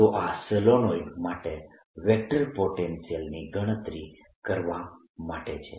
તો આ સોલેનોઇડ માટે વેક્ટર પોટેન્શિયલની ગણતરી કરવા માટે છે